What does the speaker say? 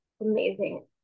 amazing